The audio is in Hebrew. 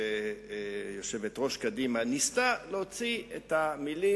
כשיושבת-ראש קדימה ניסתה להוציא את המלים